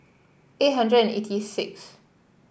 eight hundred and eighty sixth